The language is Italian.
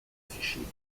sicilia